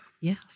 Yes